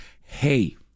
hey